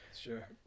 Sure